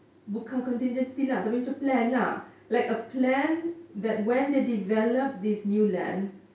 bukan contingency lah tapi macam plan lah like a plan when they develop these new lands